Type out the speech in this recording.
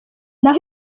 naho